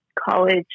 college